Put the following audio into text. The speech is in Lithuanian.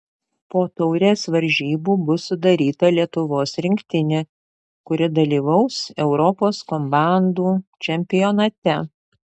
po taurės varžybų bus sudaryta lietuvos rinktinė kuri dalyvaus europos komandų čempionate